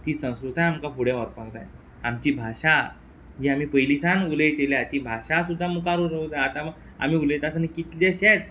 ती संस्कृताय आमकां फुडें व्हरपाक जाय आमची भाशा जी आमी पयलीं सान उलयत येयल्या ती भाशा सुद्दां मुखार व्हरूंक जाय आतां मा आमी उलयता आसतना कितलेशेच